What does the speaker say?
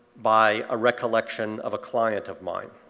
by a recollection of a client of mine.